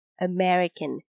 American